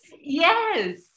yes